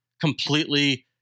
completely